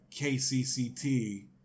KCCT